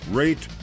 rate